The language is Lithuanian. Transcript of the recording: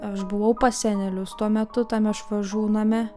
aš buvau pas senelius tuo metu tame švažų name